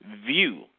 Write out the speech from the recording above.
view